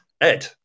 Ed